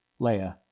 Leia